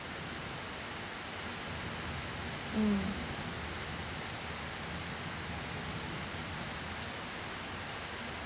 mm